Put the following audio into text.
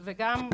וגם,